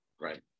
right